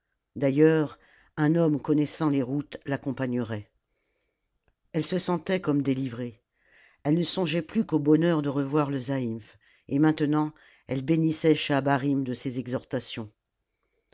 d'ailleurs un homme connaissant les routes l'accompagnerait elle se sentait comme délivrée elle ne songeait plus qu'au bonheur de revoir le zaïmph et maintenant elle bénissait schahabarim de ses exhortations